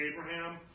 Abraham